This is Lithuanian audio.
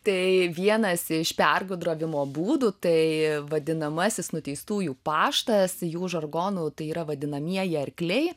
tai vienas iš pergudravimo būdų tai vadinamasis nuteistųjų paštas jų žargonu tai yra vadinamieji arkliai